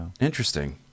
Interesting